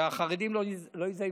שהחרדים לא יזייפו.